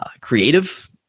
creative